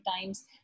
times